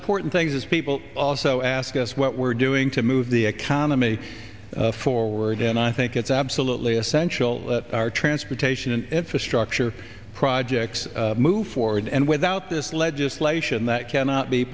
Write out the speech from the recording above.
important things is people also ask us what we're doing to move the economy forward and i think it's absolutely essential that our transportation and infrastructure projects move forward and without this legislation that cannot be